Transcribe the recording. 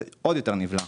זה עוד יותר נפגע.